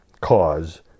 cause